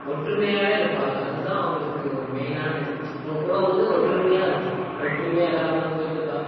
ஒற்றுமையாகவே இருப்பாங்க அதில் தான் அவங்களுக்கு ஒரு மெயினான இது அவங் குலம் வந்து ஒற்றுமையாக இருக்கும் ஒற்றுமையாக எதா இருந்தாலும் போயிவிட்டு பா